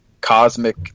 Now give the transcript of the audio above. cosmic